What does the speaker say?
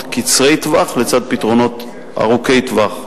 קצרי-טווח לצד פתרונות ארוכי-טווח.